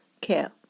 care